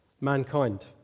mankind